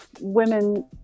women